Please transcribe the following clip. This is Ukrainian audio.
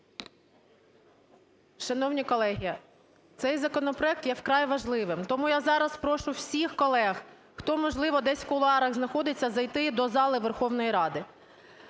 Шановні колеги, цей законопроект є вкрай важливим, тому я зараз прошу всіх колег, хто, можливо, десь в кулуарах знаходиться, зайти до зали Верховної Ради.